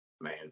man